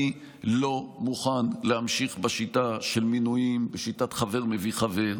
אני לא מוכן להמשיך בשיטה של מינויים בשיטת חבר מביא חבר,